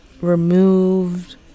removed